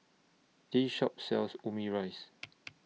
This Shop sells Omurice